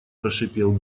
прошипел